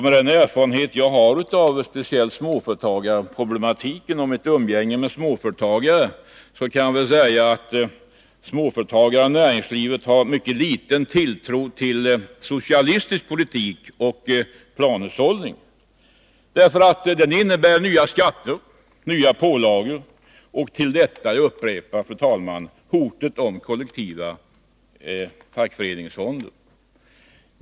Med den erfarenhet jag har av speciellt småföretagarproblematiken — och av mitt umgänge med småföretagare — kan jag väl säga att småföretagarna och näringslivet har mycket liten tilltro till socialistisk politik och planhushållning, eftersom en sådan politik innebär nya skatter, nya pålagor. Till detta kommer — jag upprepar det, fru talman — hotet om kollektiva fackföreningsfonder.